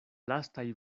lastaj